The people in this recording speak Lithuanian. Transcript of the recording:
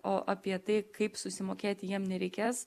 o apie tai kaip susimokėti jiem nereikės